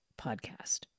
podcast